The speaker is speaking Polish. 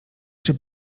czy